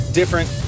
different